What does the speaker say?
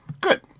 good